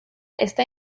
está